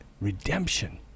redemption